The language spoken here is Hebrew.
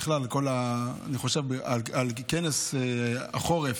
בכלל אני חושב על כנס החורף,